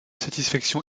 satisfaction